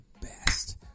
best